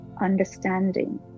understanding